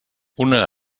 una